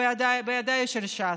בידיים של ש"ס.